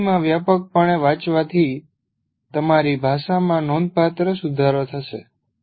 અંગ્રેજીમાં વ્યાપકપણે વાંચવાથી તમારી ભાષામાં નોંધપાત્ર સુધારો થશે